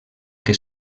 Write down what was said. que